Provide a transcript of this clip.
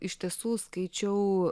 iš tiesų skaičiau